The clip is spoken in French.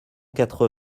quatre